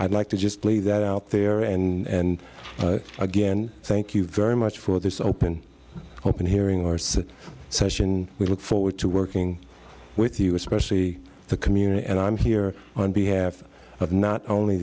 i'd like to just lay that out there and again thank you very much for this open open hearing or some such and we look forward to working with you especially the community and i'm here on behalf of not only